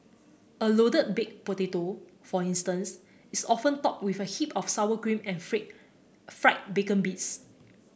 a loaded baked potato for instance is often topped with a heap of sour cream and freak fried bacon bits